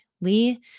Lee